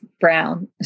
Brown